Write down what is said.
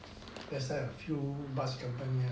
there's a few bus company ah